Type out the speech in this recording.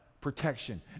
protection